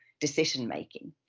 decision-making